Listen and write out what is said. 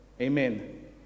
Amen